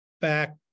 back